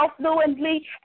fluently